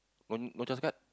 no no C_H_A_S card